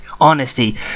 honesty